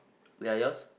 ya yours